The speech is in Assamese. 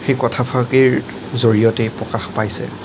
সেই কথাফাকিৰ জৰিয়তেই প্ৰকাশ পাইছে